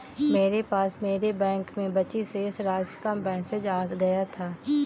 मेरे पास मेरे बैंक में बची शेष राशि का मेसेज आ गया था